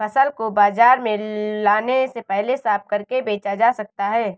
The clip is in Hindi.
फसल को बाजार में लाने से पहले साफ करके बेचा जा सकता है?